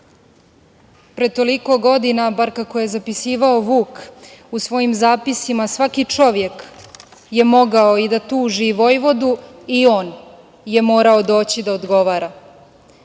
pre toliko godina, bar kako je zapisivao Vuk u svojim zapisima – svaki čovjek je mogao i da tuži Vojvodu i on je morao doći da odgovara. Još